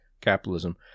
capitalism